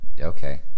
Okay